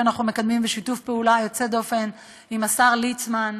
שאנחנו מקדמים בשיתוף פעולה יוצא דופן עם השר ליצמן,